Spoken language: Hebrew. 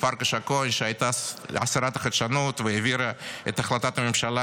פרקש הכהן שהייתה שרת החדשנות והעבירה את החלטת הממשלה